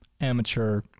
amateur